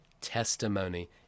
testimony